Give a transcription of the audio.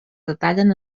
detallen